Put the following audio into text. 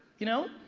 you know?